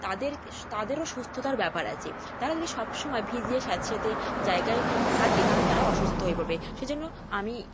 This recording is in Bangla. তাদেরকে তাদেরও সুস্থতার ব্যাপার আছে তারা যদি সব সময় ভিজে স্যাঁতস্যাঁতে জায়গায় থাকে তাহলে তারা অসুস্থ হয়ে পড়বে সেজন্য আমি